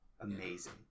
amazing